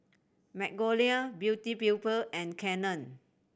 Magnolia Beauty People and Canon